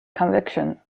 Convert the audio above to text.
conviction